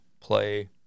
play